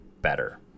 better